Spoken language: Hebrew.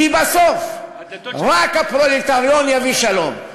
כי בסוף רק הפרולטריון יביא שלום.